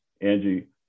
Angie